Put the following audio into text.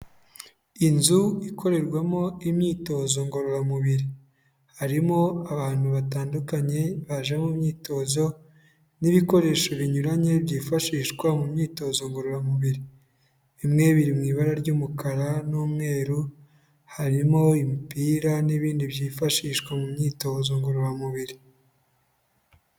Inzu ikorerwamo imyitozo ngororamubiri, harimo abantu batandukanye baje mu myitozo n'ibikoresho binyuranye byifashishwa mu myitozo ngororamubiri, bimwe biri mu ibara ry'umukara n'umweru, harimo imipira n'ibindi byifashishwa mu myitozo ngororamubiri.